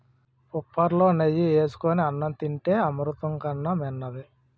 పుప్పులో నెయ్యి ఏసుకొని అన్నం తింతే అమృతం కన్నా మిన్నది